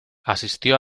asistió